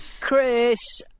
Chris